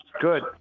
Good